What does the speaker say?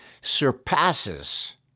surpasses